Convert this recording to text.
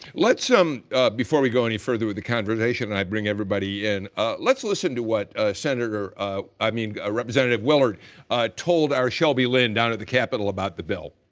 um before we go any further with the conversation, i bring everybody in, ah let's listen to what senator i mean ah representative willard told our shelby lynn down at the capitol about the bill.